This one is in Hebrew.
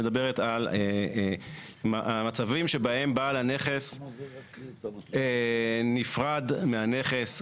ההצעה מדברת על מצבים שבהם בעל הנכס נפרד מהנכס,